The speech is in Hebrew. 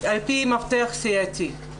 על פי מפתח סיעתי.